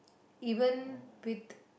even with